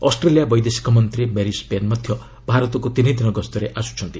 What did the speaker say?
Australia ବୈଦେଶିକମନ୍ତ୍ରୀ Marise Payne ମଧ୍ୟ ଭାରତକୁ ତିନିଦିନ ଗସ୍ତରେ ଆସୁଛନ୍ତି